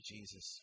Jesus